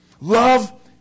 Love